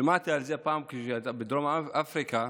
שמעתי פעם שבדרום אפריקה,